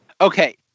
Okay